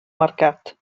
mercat